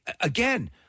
again